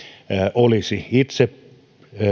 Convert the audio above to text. olisi itse